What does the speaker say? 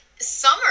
summer